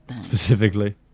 specifically